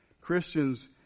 Christians